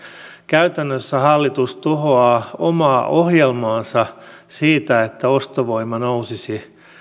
käytännössä hallitus tuhoaa omaa ohjelmaansa siitä että ostovoima nousisi